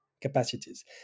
capacities